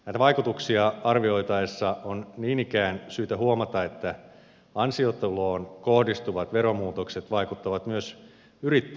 näitä vaikutuksia arvioitaessa on niin ikään syytä huomata että ansiotuloon kohdistuvat veromuutokset vaikuttavat myös yrittäjäkenttään